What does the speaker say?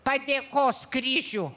padėkos kryžių